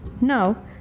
Now